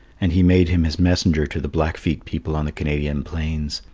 and he made him his messenger to the blackfeet people on the canadian plains,